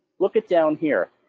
look it down here.